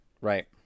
Right